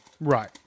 Right